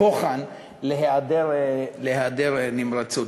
בוחן להיעדר נמרצות.